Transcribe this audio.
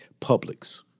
Publix